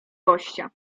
gościa